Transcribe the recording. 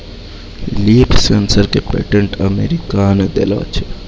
Leaf sensor क patent America ने देलें छै?